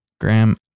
Graham